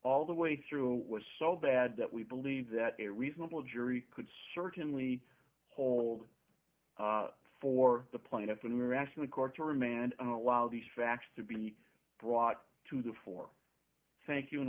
all the way through was so bad that we believe that a reasonable jury could certainly hold for the plaintiff and we're asking the court to remand allow these facts to be brought to the fore thank you and